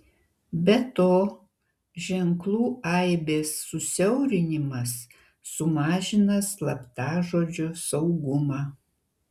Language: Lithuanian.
be to ženklų aibės susiaurinimas sumažina slaptažodžio saugumą